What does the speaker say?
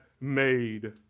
made